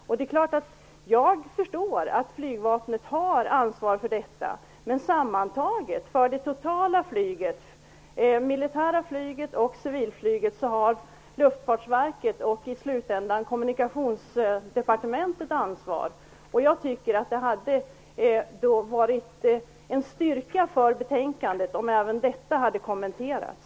Jag förstår att det är flygvapnet som har ansvar för detta. Men för det totala flyget - det militära flyget och det civila flyget - har Luftfartsverket och i slutändan Kommunikationsdepartementet ansvar. Jag tycker att det hade varit en styrka för betänkandet om även detta hade kommenterats.